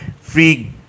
free